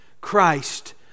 Christ